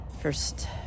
first